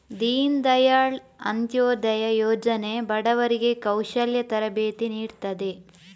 ದೀನ್ ದಯಾಳ್ ಅಂತ್ಯೋದಯ ಯೋಜನೆ ಬಡವರಿಗೆ ಕೌಶಲ್ಯ ತರಬೇತಿ ನೀಡ್ತದೆ